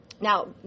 Now